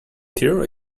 tear